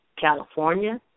California